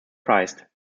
christ